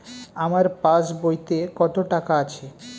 আমার পাস বইতে কত টাকা আছে?